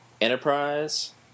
Enterprise